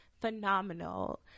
phenomenal